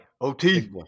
OT